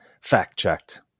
fact-checked